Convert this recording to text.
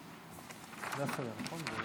אפשר גם לעשות